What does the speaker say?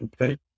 okay